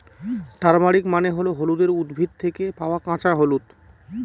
turmeric মানে হল হলুদের উদ্ভিদ থেকে পাওয়া কাঁচা হলুদ